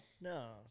No